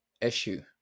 issue